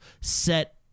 set